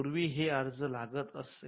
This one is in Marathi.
पूर्वी हे अर्ज लागत असे